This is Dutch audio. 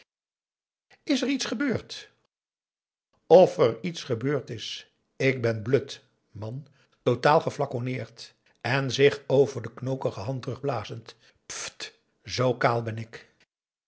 is er iets gebeurd of er iets gebeurd is ik ben blut man totaal geflaconneerd en zich over den knokkigen handrug blazend pfft z kaal ben ik